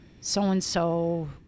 so-and-so